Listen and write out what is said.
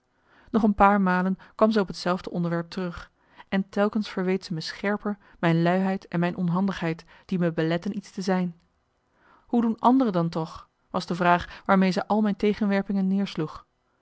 nog een paar malen kwam zij op hetzelfde onderwerp terug en telkens verweet ze me scherper mijn luiheid en mijn onhandigheid die me beletten iets te zijn hoe doen anderen dan toch was de vraag waarmee zij al mijn tegenwerpingen neersloeg